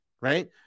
right